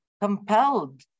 compelled